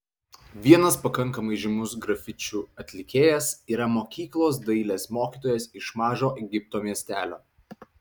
vienas pakankamai žymus grafičių atlikėjas yra mokyklos dailės mokytojas iš mažo egipto miestelio